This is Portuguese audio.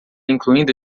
incluindo